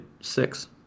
six